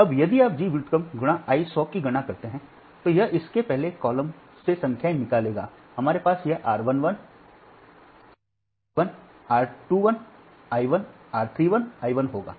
तो अब यदि आप G व्युत्क्रम × I 1 0 0 की गणना करते हैं तो यह इसके पहले कॉलम से संख्याएँ निकालेगा हमारे पास यह r 1 1 I 1 r 2 1 I 1 r 3 1 I 1 होगा